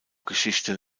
geschichte